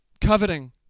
coveting